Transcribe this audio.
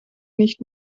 nicht